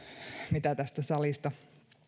mitä tästä salista